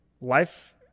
life